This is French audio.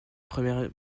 première